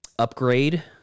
upgrade